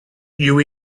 you